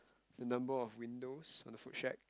the number of windows for the food shack